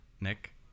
Nick